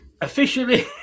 Officially